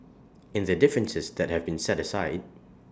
in the differences that have been set aside